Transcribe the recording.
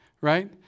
Right